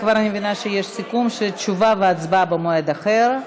כבר אני מבינה שיש סיכום שתשובה והצבעה במועד אחר.